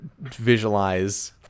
visualize